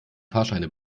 fahrscheine